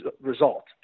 result